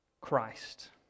Christ